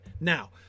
Now